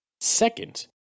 Second